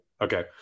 Okay